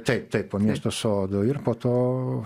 taip taip po miesto sodo ir po to